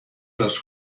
los